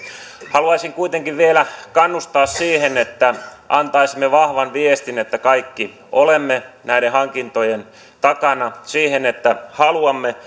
haluaisin kuitenkin vielä kannustaa siihen että antaisimme vahvan viestin että kaikki olemme näiden hankintojen takana siinä että haluamme